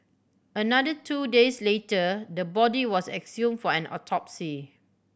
another two days later the body was exhumed for an autopsy